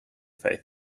faith